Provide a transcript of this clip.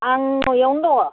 आं न'आवनो दङ